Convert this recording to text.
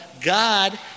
God